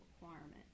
requirement